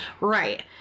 right